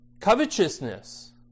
covetousness